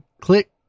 Click